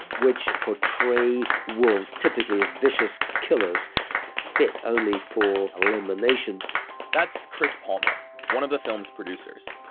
which portray wolves typically as vicious killers fit only for elimination that's chris palmer, one of the film's producers.